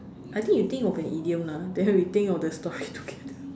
I think you think of an idiom lah then we think of the story together